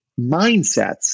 mindsets